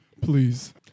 Please